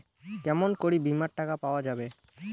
কেমন করি বীমার টাকা পাওয়া যাবে?